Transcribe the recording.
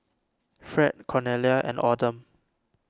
Fred Cornelia and Autumn